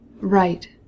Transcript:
Right